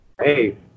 hey